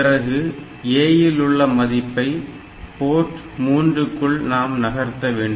பிறகு A இல் உள்ள மதிப்பை போர்ட் 3 க்குள் நாம் நகர்த்த வேண்டும்